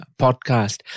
podcast